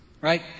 right